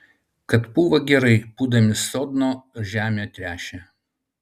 kad pūva gerai pūdami sodno žemę tręšia